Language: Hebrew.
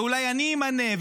ואולי אני אמנה,